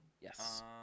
Yes